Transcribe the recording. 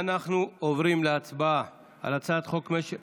אנחנו עוברים להצבעה על הצעת חוק משק,